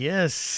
Yes